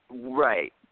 Right